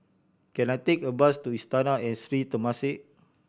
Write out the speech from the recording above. can I take a bus to Istana and Sri Temasek